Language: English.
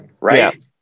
Right